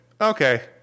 Okay